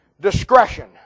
discretion